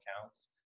accounts